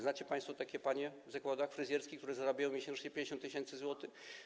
Znacie państwo takie panie w zakładach fryzjerskich, które zarabiają miesięcznie 50 tys. zł?